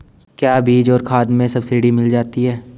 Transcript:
क्या बीज और खाद में सब्सिडी मिल जाती है?